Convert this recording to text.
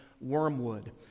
Wormwood